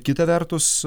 kita vertus